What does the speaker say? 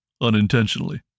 unintentionally